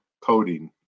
coding